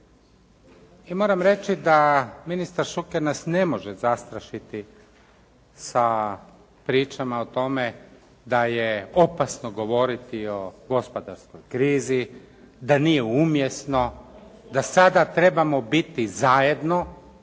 i moram reći da ministar Šuker nas ne može zastrašiti sa pričama o tome da je opasno govoriti o gospodarskoj krizi, da nije umjesno, da sada trebamo biti zajedno,